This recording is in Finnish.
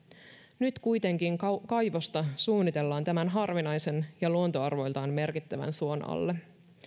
nyt kuitenkin suunnitellaan kaivosta tämän harvinaisen ja luontoarvoiltaan merkittävän suon alle